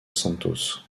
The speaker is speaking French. santos